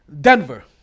Denver